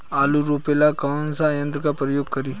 आलू रोपे ला कौन सा यंत्र का प्रयोग करी?